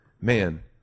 man